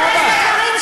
זהבה.